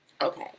okay